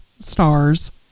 stars